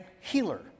healer